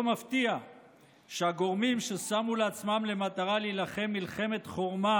לא מפתיע שהגורמים ששמו לעצמם למטרה להילחם מלחמת חורמה